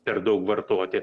per daug vartoti